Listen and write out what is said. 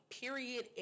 period